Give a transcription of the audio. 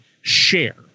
share